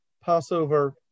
Passover